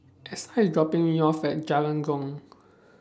Essa IS dropping Me off At Jalan Jong